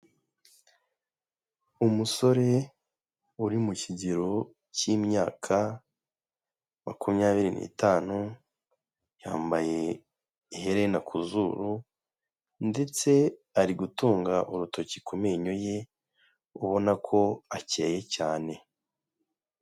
Umusore uri mu kigero cy'imyaka makumyabiri n'itanu, yambaye iherena ku zuru, ndetse ari gutunga urutoki ku menyo ye ubona ko acyeye cyane.